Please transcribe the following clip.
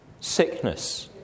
Sickness